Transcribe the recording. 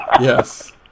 Yes